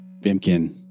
Bimkin